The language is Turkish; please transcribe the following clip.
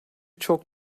çok